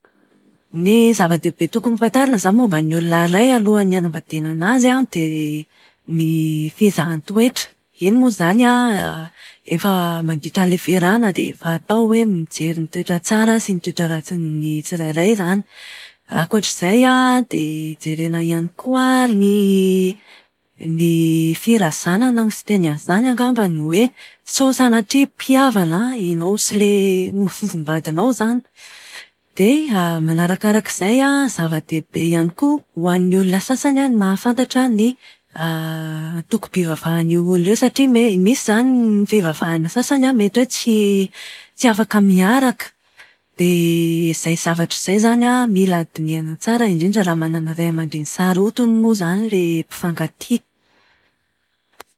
Ny zava-dehibe tokony hofantarina izany momba ny olona iray alohan'ny hanambadiana anazy an, dia ny fizahan-toetra. Iny moa izany an, efa mandritra ny fiarahana dia atao hoe mijery toetra tsara sy toetra ratsy ny tsirairay izany. Ankoatr'izay an, dia jerena ihany koa ny firazanana no fiteny an'izany angambany hoe, sao sanatria mpihavana ianao sy ilay ho fofombadinao izany. Dia manarakarak'izay an, zava-dehibe ihany koa ho an'ny olona sasany ny mahafantatra ny antokom-pivavahan'io olona io satria misy izany ny fivavahana sasany mety hoe tsy tsy afaka miaraka. Dia izay zavatra izay izany an, mila dinihana tsara indrindra raha manana ray aman-dreny sarotiny moa izany ilay mpifankatia.